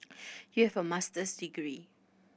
you have a Master's degree